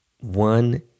One